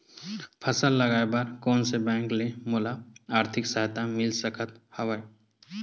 फसल लगाये बर कोन से बैंक ले मोला आर्थिक सहायता मिल सकत हवय?